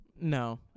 No